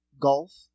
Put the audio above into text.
golf